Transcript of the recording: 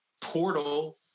portal